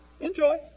Enjoy